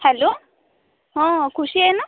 hello खुशी आहे ना